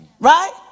Right